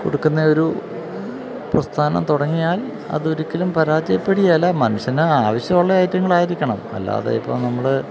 കൊടുക്കുന്ന ഒരു പ്രസ്ഥാനം തുടങ്ങിയാൽ അതൊരിക്കലും പരാജയപ്പെടുകയില്ല മനുഷ്യന് ആവശ്യമുള്ള ഐറ്റങ്ങളായിരിക്കണം അല്ലാതെ ഇപ്പോള് നമ്മള്